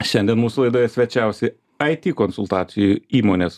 šiandien mūsų laidoje svečiavosi aiti konsultacijų įmonės